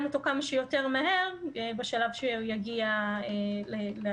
אותו כמה שיותר מהר בשלב שהוא יגיע לוועדה.